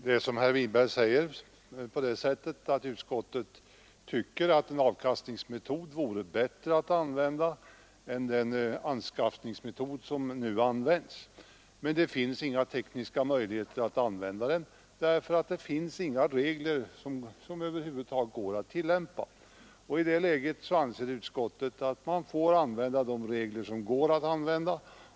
Herr talman! Utskottet tycker, som herr Winberg säger, att avkastningsmetoden vore bättre att använda än anskaffningsmetoden. Men det finns inga tekniska möjligheter att tillämpa den, eftersom det inte finns några regler utarbetade. I det läget anser utskottet att vi får använda de regler som går att använda.